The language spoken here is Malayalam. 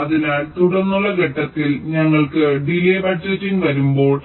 അതിനാൽ തുടർന്നുള്ള ഘട്ടത്തിൽ ഞങ്ങൾക്ക് ഡിലേയ് ബജറ്റിംഗ് വരുമ്പോൾ